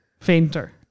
Fainter